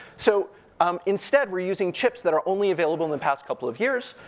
so um instead, we're using chips that are only available in the past couple of years.